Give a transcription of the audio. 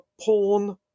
porn